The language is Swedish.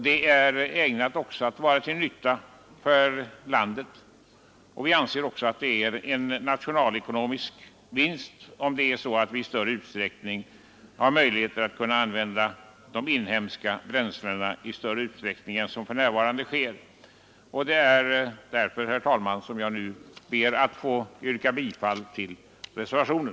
Det är också ägnat att vara till nytta för landet. Vi anser att det vore en nationalekonomisk vinst om vi i större utsträckning än för närvarande hade möjlighet att använda inhemskt bränsle. Herr talman! Jag ber att få yrka bifall till reservationen.